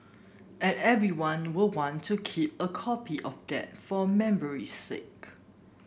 and everyone will want to keep a copy of that for memory's sake